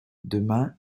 demain